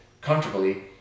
comfortably